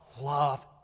love